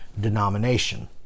denomination